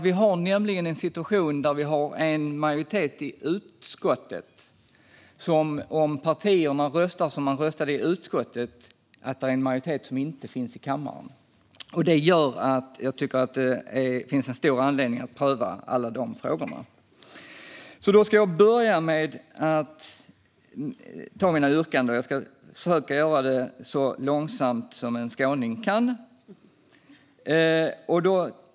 Vi har nämligen en situation där vi har en majoritet i utskottet som inte finns i kammaren om partierna röstar som de gjorde i utskottet. Det gör att jag tycker att det finns stor anledning att pröva alla de frågorna. Jag ska börja med att ta mina yrkanden. Jag ska försöka göra det så långsamt som en skåning kan.